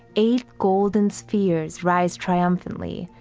eight golden spheres rise triumphantly,